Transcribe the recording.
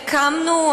נכון